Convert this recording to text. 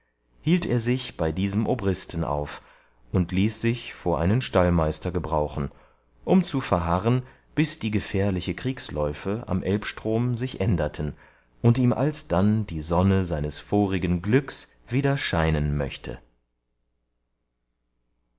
hielt er sich bei diesem obristen auf und ließ sich vor einen stallmeister gebrauchen um zu verharren bis die gefährliche kriegsläufe am elbstrom sich änderten und ihm alsdann die sonne seines vorigen glücks wieder scheinen möchte